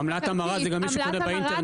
עמלת המרה זה גם מי קונה באינטרנט.